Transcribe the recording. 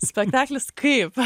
spektaklis kaip